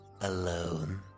Alone